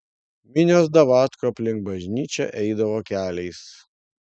minios davatkų aplink bažnyčią eidavo keliais